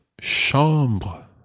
chambre